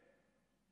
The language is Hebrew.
כסף.